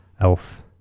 Elf